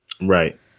right